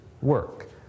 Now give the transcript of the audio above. work